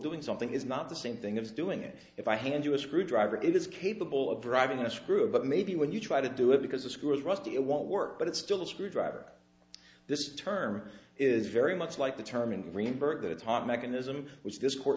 doing something is not the same thing as doing it if i hand you a screwdriver it is capable of driving a screw but maybe when you try to do it because it screws rusty it won't work but it's still a screwdriver this term is very much like the term in greenburg that it's hot mechanism which this court